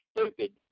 stupid